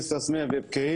כסרא סמיע ופקיעין,